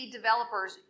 developers